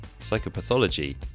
psychopathology